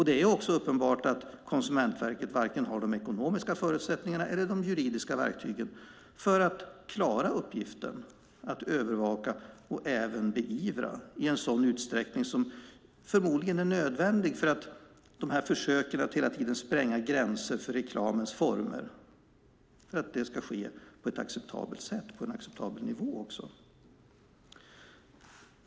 Det är också uppenbart att Konsumentverket varken har de ekonomiska förutsättningarna eller de juridiska verktygen för att klara uppgiften att övervaka och även beivra i en den utsträckning som förmodligen är nödvändig för att försöken att spränga gränser för reklamens former ska ske på ett acceptabelt sätt och på en acceptabel nivå.